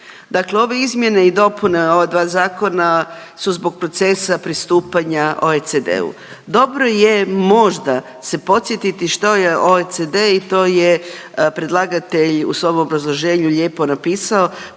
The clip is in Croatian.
Dakle ove izmjene i dopune ova dva zakona su zbog procesa pristupanje OECD-u. Dobro je možda se podsjetiti što je OECD i to je predlagatelj u svom obrazloženju lijepo napisao,